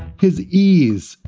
his ease,